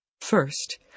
First